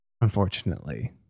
Unfortunately